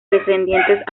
descendientes